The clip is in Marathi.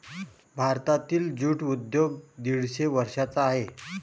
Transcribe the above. भारतातील ज्यूट उद्योग दीडशे वर्षांचा आहे